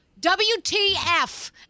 WTF